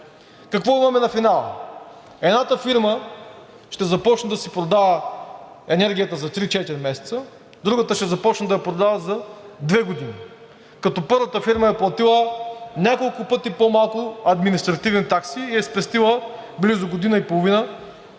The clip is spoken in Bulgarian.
Какво имаме на финала? Едната фирма ще започне да си продава енергията за три-четири месеца, другата ще започне да я продава за две години, като първата фирма е платила няколко пъти по-малко административни такси и е спестила близо година и половина